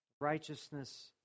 Righteousness